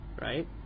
Right